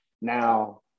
now